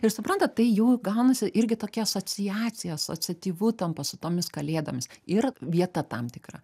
ir suprantat tai jau gaunasi irgi tokia asociacija asociatyvu tampa su tomis kalėdomis ir vieta tam tikra